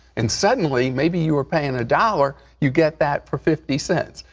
and suddenly maybe you were paying a dollar, you get that for fifty cents.